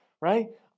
Right